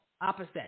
Opposite